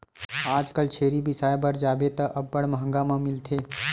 आजकल छेरी बिसाय बर जाबे त अब्बड़ मंहगा म मिलथे